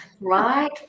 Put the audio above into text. Right